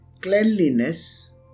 cleanliness